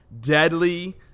deadly